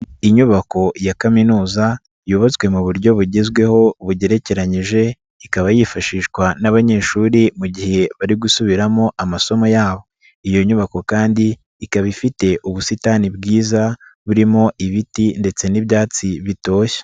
Inyubako ya kaminuza yubatswe mu buryo bugezweho bugerekeranyije ikaba yifashishwa n'abanyeshuri mu gihe bari gusubiramo amasomo yabo, iyo nyubako kandi ikaba ifite ubusitani bwiza burimo ibiti ndetse n'ibyatsi bitoshye.